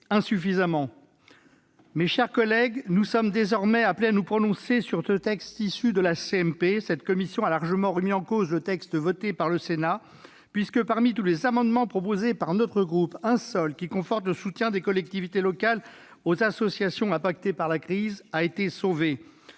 nous. Mes chers collègues, nous sommes désormais appelés à nous prononcer sur le texte issu de la commission mixte paritaire, qui a largement remis en cause le texte voté par le Sénat, puisque, parmi tous les amendements proposés par notre groupe, un seul, qui tend à conforter le soutien des collectivités locales aux associations impactées par la crise, a été sauvé.